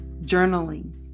journaling